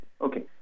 Okay